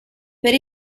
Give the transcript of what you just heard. per